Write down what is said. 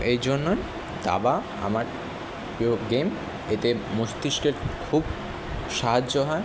এই জন্যই দাবা আমার প্রিয় গেম এতে মস্তিষ্কের খুব সাহায্য হয়